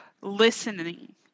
listening